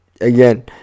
again